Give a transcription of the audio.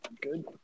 Good